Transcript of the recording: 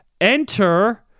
enter